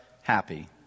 happy